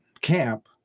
Camp